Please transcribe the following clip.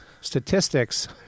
statistics